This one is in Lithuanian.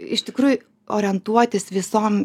iš tikrųjų orientuotis visom